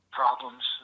problems